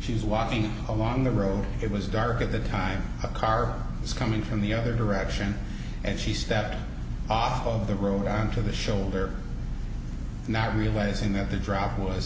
she was walking along the road it was dark at the time a car was coming from the other direction and she stepped off of the road onto the shoulder not realizing that the drop was